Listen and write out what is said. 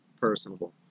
personable